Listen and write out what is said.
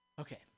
Okay